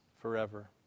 forever